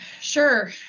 Sure